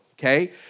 Okay